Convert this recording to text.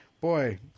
boy